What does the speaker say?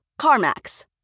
CarMax